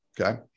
okay